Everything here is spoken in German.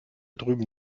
drüben